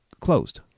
closed